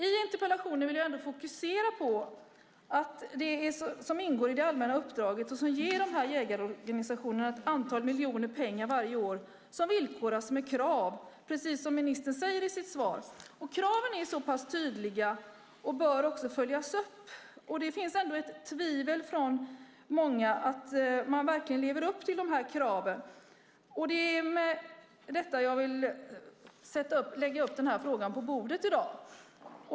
I interpellationsdebatten vill jag ändå fokusera på det som ingår i det allmänna uppdraget och som ger jägarorganisationerna ett antal miljoner varje år som villkoras med krav, precis som ministern säger i sitt svar. Kraven är så pass tydliga och bör också följas upp. Det finns ändå ett tvivel från många på att man verkligen lever upp till de här kraven. Det är med detta jag vill lägga upp denna fråga på bordet i dag.